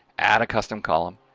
add a custom column,